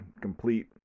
complete